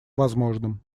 возможным